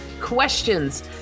questions